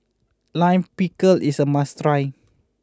Lime Pickle is a must try